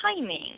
timing